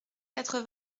quatre